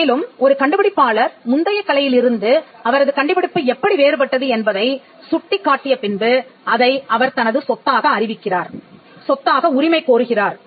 மேலும் ஒரு கண்டுபிடிப்பாளர் முந்தைய கலையிலிருந்து அவரது கண்டுபிடிப்பு எப்படி வேறுபட்டது என்பதை சுட்டிக்காட்டிய பின்பு அதை அவர் தனது சொத்தாக அறிவிக்கிறார் சொத்தாக உரிமை கோருகிறார்